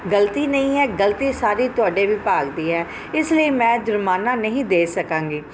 ਗਲਤੀ ਨਹੀਂ ਹੈ ਗਲਤੀ ਸਾਰੀ ਤੁਹਾਡੇ ਵਿਭਾਗ ਦੀ ਹੈ ਇਸ ਲਈ ਮੈਂ ਜੁਰਮਾਨਾ ਨਹੀਂ ਦੇ ਸਕਾਂਗੀ